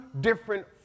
different